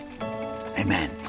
amen